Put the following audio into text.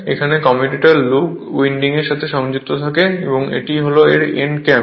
এখানে commutator lug উইন্ডিংয়ের সাথে সংযুক্ত থাকে এবং এটি এন্ড ক্যাম্প